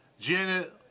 Janet